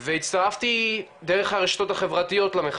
והצטרפתי דרך הרשתות החברתיות למחאה,